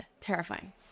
terrifying